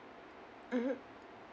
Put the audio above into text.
mmhmm